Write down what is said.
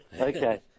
Okay